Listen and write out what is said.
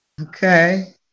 Okay